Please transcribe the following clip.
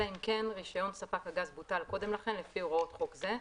אלא אם כן רישיון ספק הגז בוטל קודם לכן לפי הוראות חוק זה,